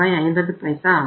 50 ஆகும்